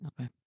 Okay